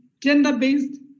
gender-based